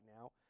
now